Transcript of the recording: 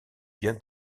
bien